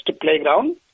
playground